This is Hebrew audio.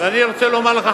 ואני רוצה לומר לך,